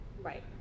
Right